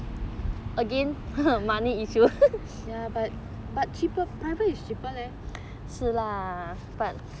but but cheaper private is cheaper leh